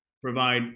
provide